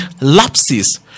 lapses